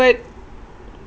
but